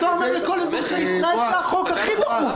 אומר לכל אזרחי ישראל שזה החוק הכי דחוף.